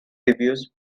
reviews